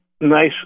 nice